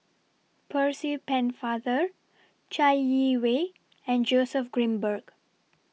Percy Pennefather Chai Yee Wei and Joseph Grimberg